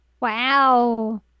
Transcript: Wow